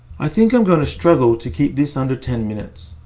i think i'm going to struggle to keep this under ten minutes.